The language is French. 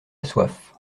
soif